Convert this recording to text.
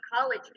college